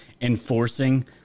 enforcing